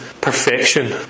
perfection